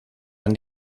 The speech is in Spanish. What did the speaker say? han